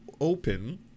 open